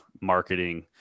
marketing